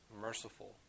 merciful